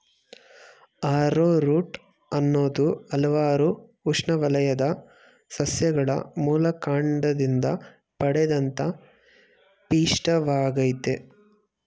arrowroot ಅನ್ನೋದು ಹಲ್ವಾರು ಉಷ್ಣವಲಯದ ಸಸ್ಯಗಳ ಮೂಲಕಾಂಡದಿಂದ ಪಡೆದಂತ ಪಿಷ್ಟವಾಗಯ್ತೆ